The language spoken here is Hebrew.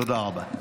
תודה רבה.